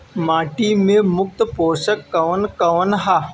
माटी में मुख्य पोषक कवन कवन ह?